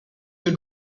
your